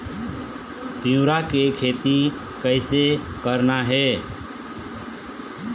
तिऊरा के खेती कइसे करना हे?